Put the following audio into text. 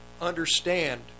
understand